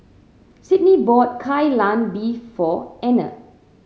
Sydney bought Kai Lan Beef for Anner